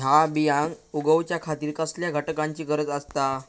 हया बियांक उगौच्या खातिर कसल्या घटकांची गरज आसता?